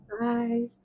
Bye